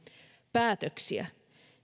päätöksiä